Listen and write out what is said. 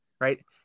right